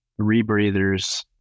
rebreathers